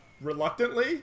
reluctantly